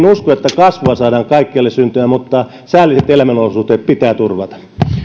usko että kasvua saadaan kaikkialle syntymään mutta säälliset elämänolosuhteet pitää turvata